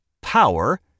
power